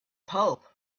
pope